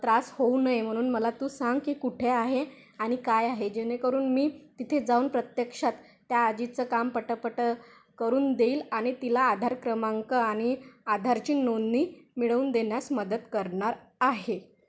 त्रास होऊ नये म्हणून मला तू सांग की कुठे आहे आणि काय आहे जेणेकरून मी तिथे जाऊन प्रत्यक्षात त्या आजीचं काम पटपट करून देईल आणि तिला आधार क्रमांक आणि आधारची नोंदणी मिळवून देण्यास मदत करणार आहे